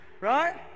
right